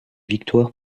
victoire